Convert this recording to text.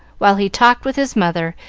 while he talked with his mother,